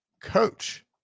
coach